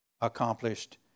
accomplished